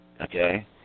okay